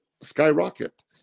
skyrocket